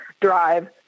drive